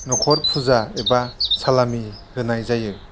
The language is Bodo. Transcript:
नखर फुजा एबा सालामि होनाय जायो